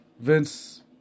Vince